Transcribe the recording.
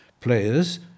Players